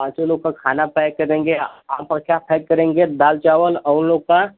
पाँचों लोग का खाना पैक करेंगे आप और क्या पैक करेंगे दाल चावल और लोग का